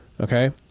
okay